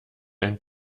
ein